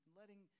letting